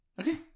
okay